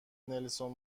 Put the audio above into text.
نلسون